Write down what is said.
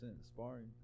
sparring